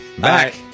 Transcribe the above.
back